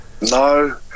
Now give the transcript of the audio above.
No